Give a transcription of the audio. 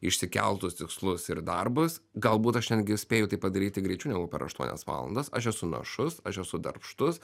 išsikeltus tikslus ir darbus galbūt aš netgi spėju tai padaryti greičiau negu per aštuonias valandas aš esu našus aš esu darbštus